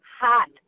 hot